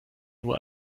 nur